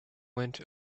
went